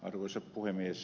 arvoisa puhemies